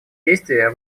действия